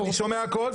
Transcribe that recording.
--- אני שומע הכול,